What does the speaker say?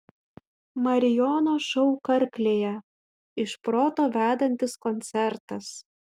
marijono šou karklėje iš proto vedantis koncertas